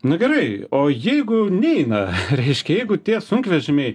na gerai o jeigu neina reiškia jeigu tie sunkvežimiai